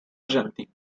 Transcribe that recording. argentina